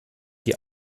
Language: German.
die